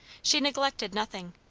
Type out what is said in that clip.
she neglected nothing.